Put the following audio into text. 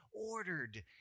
ordered